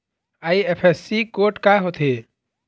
IFSC code का होथे?